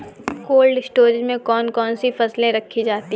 Cold storage में कौन कौन सी फसलें रखी जाती हैं?